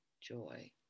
joy